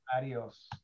Adios